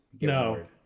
No